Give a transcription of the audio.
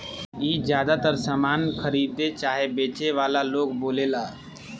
ई ज्यातर सामान खरीदे चाहे बेचे वाला लोग बोलेला